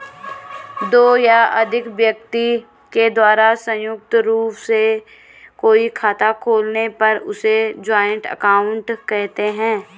दो या अधिक व्यक्ति के द्वारा संयुक्त रूप से कोई खाता खोलने पर उसे जॉइंट अकाउंट कहते हैं